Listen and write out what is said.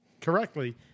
correctly